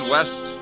West